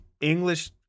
English